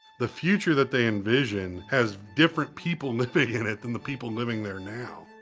the future that they envision has different people living in it than the people living there now.